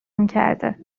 میکرده